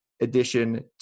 addition